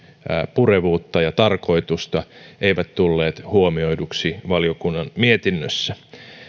purevuutta ja tarkoitusta eivät tulleet huomioiduiksi valiokunnan mietinnössä